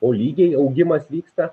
po lygiai augimas vyksta